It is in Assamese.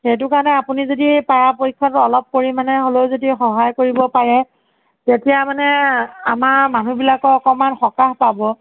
সেইটো কাৰণে আপুনি যদি পাৰাপক্ষত অলপ পৰিমাণে হ'লেও যদি সহায় কৰিব পাৰে তেতিয়া মানে আমাৰ মানুহবিলাকৰ অকমান সকাহ পাব